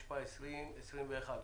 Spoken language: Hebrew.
התשפ"א-2021.